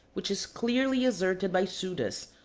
which is clearly asserted by suidas,